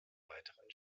weiteren